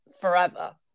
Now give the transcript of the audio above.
forever